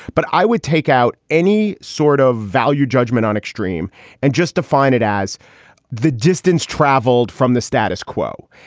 but i would take out any sort of value judgment on extreme and just define it as the distance travelled from the status quo.